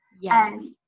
Yes